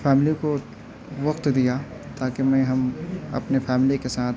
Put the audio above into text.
family کو وقت دیا تاکہ میں ہم اپنے فیملی کے ساتھ